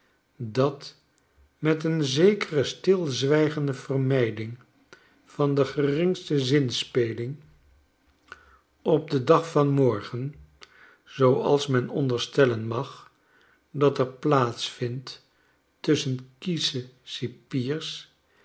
dat met een zekere stilzwijgende vermijding vandegeringstezinspeling op den dag van morgen zooals men onderstellen mag dat ex plaats vint tusschen kiesche cipiers